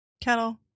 kettle